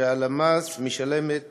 שהלמ"ס משלמת